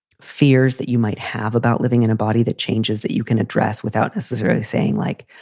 fears that you might have about living in a body that changes that you can address without necessarily saying, like,